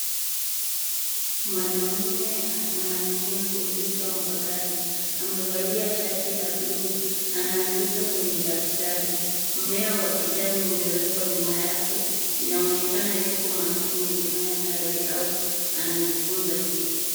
Mwanaume anatumia kompyuta mpakato amevalia shati la blue anaandika kwenye daftari. Mmea wa kijani umewekwa nyuma yake. Inaonekana yuko makini akifanya kazi au anajifunza kitu.